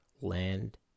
land